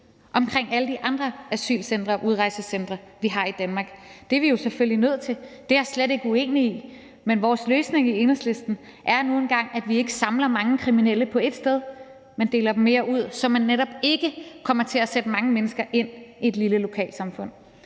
omkring alle de andre asylcentre og udrejsecentre, vi har i Danmark. Det er vi selvfølgelig nødt til; det er jeg slet ikke uenig i. Men vores løsning i Enhedslisten er nu engang, at vi ikke samler mange kriminelle på ét sted, men fordeler dem mere, så man netop ikke kommer til at sætte mange mennesker ind i et lille lokalsamfund.